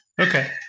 Okay